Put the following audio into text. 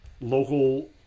local